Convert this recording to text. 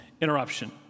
interruption